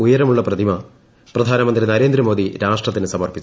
ഉയരമുള്ള പ്രതിമ പ്രധാനമന്ത്രി നരേന്ദ്രമോദി രാഷ്ട്രത്തിന് സമർപ്പിച്ചു